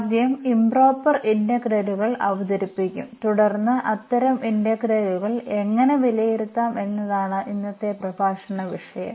ആദ്യം ഇംപ്റോപർ ഇന്റഗ്രലുകൾ അവതരിപ്പിക്കും തുടർന്ന് അത്തരം ഇന്റഗ്രലുകൾ എങ്ങനെ വിലയിരുത്താം എന്നതാണ് ഇന്നത്തെ പ്രഭാഷണ വിഷയം